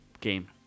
game